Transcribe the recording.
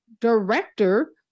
director